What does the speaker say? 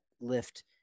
lift